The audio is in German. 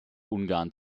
ungarn